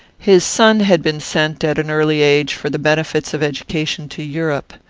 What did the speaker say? his son had been sent, at an early age, for the benefits of education, to europe.